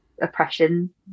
oppression